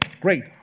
great